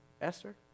Esther